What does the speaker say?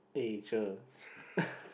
eh cher